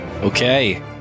Okay